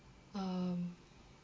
um